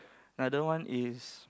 another one is